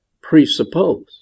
presuppose